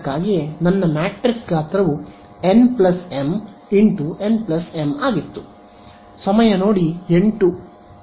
ಅದಕ್ಕಾಗಿಯೇ ನನ್ನ ಮ್ಯಾಟ್ರಿಕ್ಸ್ ಗಾತ್ರವು n m × n m ಆಗಿತ್ತು